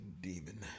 Demon